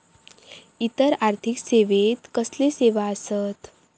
इतर आर्थिक सेवेत कसले सेवा आसत?